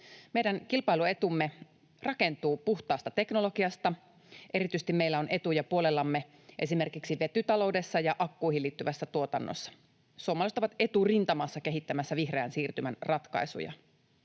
Meidän kilpailuetumme rakentuu puhtaasta teknologiasta. Erityisesti meillä on etuja puolellamme esimerkiksi vetytaloudessa ja akkuihin liittyvässä tuotannossa. Suomalaiset ovat eturintamassa kehittämässä vihreän siirtymän ratkaisuja,